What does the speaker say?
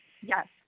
Yes